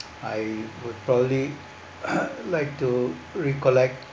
I would probably like to recollect